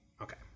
Okay